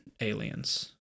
aliens